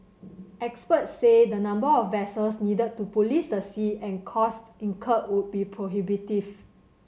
experts say the number of vessels needed to police the sea and cost incurred would be prohibitive